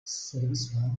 sırbistan